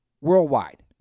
worldwide